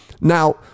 Now